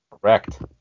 Correct